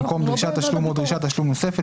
במקום "דרישת תשלום או דרישת תשלום נוספת"